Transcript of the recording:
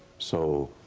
so